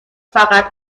فقط